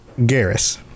Garrus